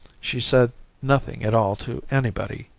she said nothing at all to anybody,